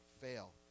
fail